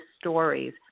stories